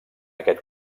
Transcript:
aquest